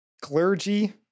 clergy